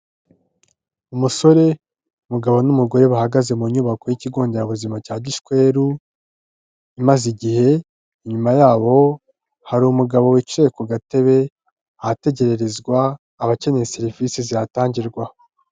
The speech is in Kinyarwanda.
Umusore, mugabo n'umugore bahagaze mu nyubako y'ikigo nderabuzima cya Gishweru imaze igihe, inyuma yabo hari umugabo wicaye ku gatebe, ahategererezwa abakeneye serivisi zihatangirwaho.